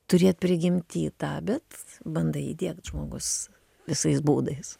turėt prigimty tą bet bandai įdiegt žmogus visais būdais